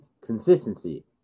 Consistency